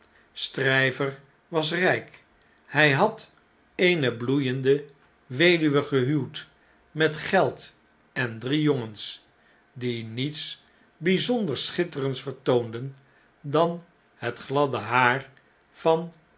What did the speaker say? stryver was rijk hij had eene bloeiende weduwe gehuwd met geld en drie jongens die niets in londen en parijs bponder schitterends vertoonden dan het gladde haar van